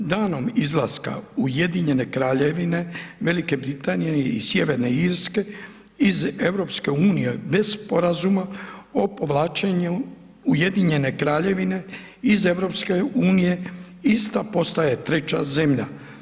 Danom izlaska Ujedinjene Kraljevine, Velike Britanije i Sjeverne Irske iz EU bez sporazuma o povlačenju Ujedinjene Kraljevine iz EU, ista postaje treća zemlja.